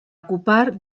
ocupar